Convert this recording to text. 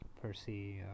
Percy